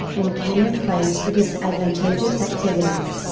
and can replace the disadvantageous activities.